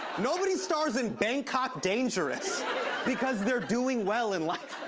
nobody stars in bangkok dangerous because they're doing well in life.